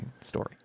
story